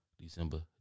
December